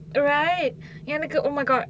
right எனக்கு:enakku oh my god